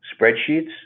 spreadsheets